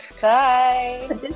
Bye